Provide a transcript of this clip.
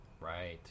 Right